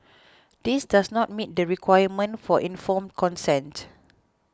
this does not meet the requirement for informed consent